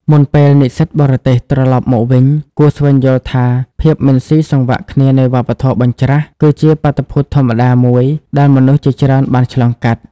មុនពេលនិស្សិតបរទេសត្រឡប់មកវិញ គួរស្វែងយល់ថាភាពមិនស៊ីសង្វាក់គ្នានៃវប្បធម៌បញ្ច្រាស គឺជាបាតុភូតធម្មតាមួយដែលមនុស្សជាច្រើនបានឆ្លងកាត់។